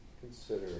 consider